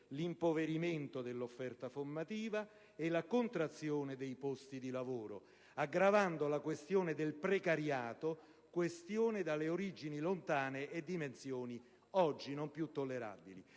l'impoverimento dell'offerta formativa e la contrazione dei posti di lavoro, aggravando la questione del precariato, che ha origini lontane e dimensioni oggi non più tollerabili.